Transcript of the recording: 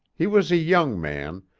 he was a young man,